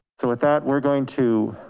so with that, we're going to